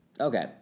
Okay